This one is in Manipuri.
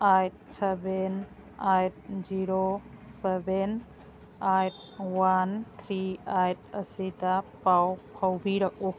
eight seven eight zero seven eight one three eight ꯑꯁꯤꯗ ꯄꯥꯎ ꯐꯥꯎꯕꯤꯔꯛꯎ